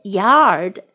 yard